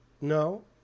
No